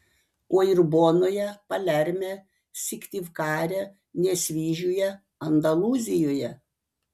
o ir bonoje palerme syktyvkare nesvyžiuje andalūzijoje